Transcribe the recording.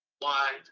wide